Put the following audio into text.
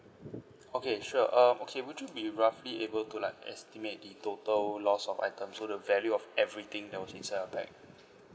okay sure um okay would you be roughly able to like estimate the total loss of item so the value of everything that was inside your bag